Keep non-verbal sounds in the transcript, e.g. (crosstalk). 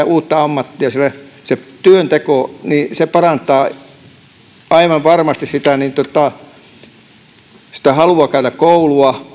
(unintelligible) uutta ammattia sillä työnteko parantaa aivan varmasti sitä halua käydä koulua